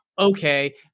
okay